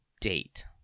date